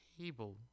table